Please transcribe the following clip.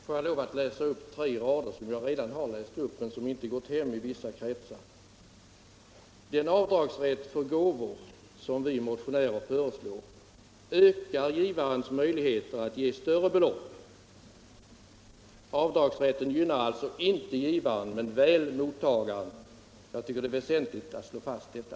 Fru talman! Får jag läsa upp tre rader ur manuskriptet till mitt tidigare anförande. Jag har alltså läst upp det tidigare, men det har tydligen inte gått hem i vissa kretsar: ”Den avdragsrätt för gåvor som vi motionärer föreslår ökar givarens möjligheter att ge större belopp. Avdragsrätten gynnar alltså inte givaren men väl mottagaren. Jag tycker att det är väsentligt att slå fast detta.”